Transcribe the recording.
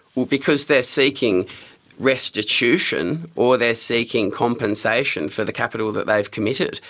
because they're seeking restitution or they're seeking compensation for the capital that they've committed,